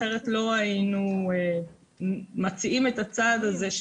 אחרת לא היינו מציעים את הצעד הזה,